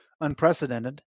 unprecedented